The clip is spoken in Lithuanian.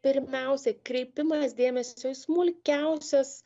pirmiausia kreipimas dėmesio į smulkiausias